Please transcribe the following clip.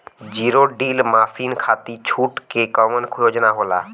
Zero till machine खाती छूट के कवन योजना होला?